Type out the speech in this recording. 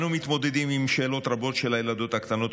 אנו מתמודדים עם שאלות רבות של הילדות הקטנות,